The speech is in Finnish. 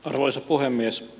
arvoisa puhemies